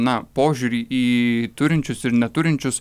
na požiūrį į turinčius ir neturinčius